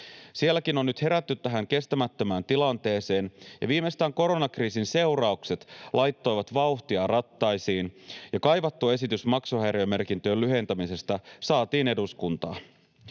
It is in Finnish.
Sielläkin on nyt herätty tähän kestämättömään tilanteeseen, ja viimeistään koronakriisin seuraukset laittoivat vauhtia rattaisiin ja kaivattu esitys maksuhäiriömerkintöjen lyhentämisestä saatiin eduskuntaan.